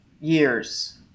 years